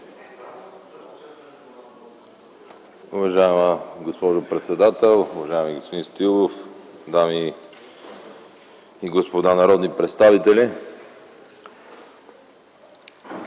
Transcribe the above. Уважаема госпожо председател, уважаеми господин Стоилов, дами и господа народни представители!